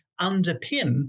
underpin